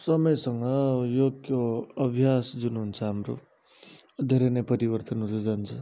समयसँग योगको अभ्यास जुन हुन्छ हाम्रो धेरै नै परिवर्तन हुँदै जान्छ